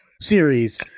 series